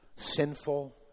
sinful